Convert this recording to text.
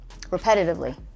repetitively